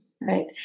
right